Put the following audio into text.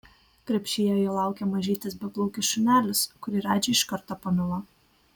krepšyje jo laukė mažytis beplaukis šunelis kurį radži iš karto pamilo